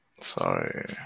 Sorry